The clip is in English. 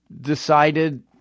decided